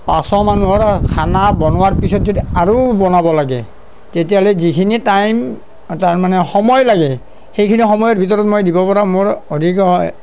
পাঁচশ মানুহৰ খানা বনোৱাৰ পিছত যদি আৰু বনাব লাগে তেতিয়াহ'লে যিখিনি টাইম তাৰমানে সময় লাগে সেইখিনি সময়ৰ ভিতৰত মই দিব পৰা মোৰ অধিকাৰ